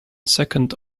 second